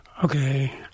okay